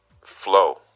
flow